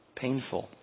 painful